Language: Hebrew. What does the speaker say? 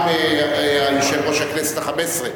גם יושב-ראש הכנסת החמש-עשרה,